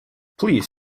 please